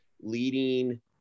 leading